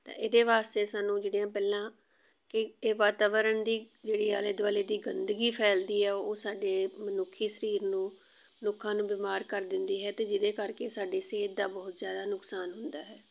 ਤਾਂ ਇਹਦੇ ਵਾਸਤੇ ਸਾਨੂੰ ਜਿਹੜੀਆਂ ਪਹਿਲਾਂ ਕਿ ਇਹ ਵਾਤਾਵਰਨ ਦੀ ਜਿਹੜੀ ਆਲੇ ਦੁਆਲੇ ਦੀ ਗੰਦਗੀ ਫੈਲਦੀ ਆ ਉਹ ਸਾਡੇ ਮਨੁੱਖੀ ਸਰੀਰ ਨੂੰ ਲੋਕਾਂ ਨੂੰ ਬਿਮਾਰ ਕਰ ਦਿੰਦੀ ਹੈ ਅਤੇ ਜਿਹਦੇ ਕਰਕੇ ਸਾਡੀ ਸਿਹਤ ਦਾ ਬਹੁਤ ਜ਼ਿਆਦਾ ਨੁਕਸਾਨ ਹੁੰਦਾ ਹੈ